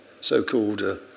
so-called